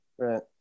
Right